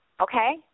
okay